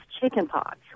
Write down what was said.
chickenpox